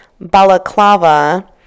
balaclava